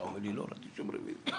אתה אומר לי: לא הורדתי שום רוויזיה.